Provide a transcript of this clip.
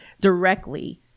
directly